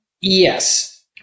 Yes